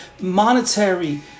monetary